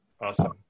Awesome